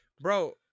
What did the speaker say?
bro